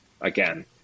again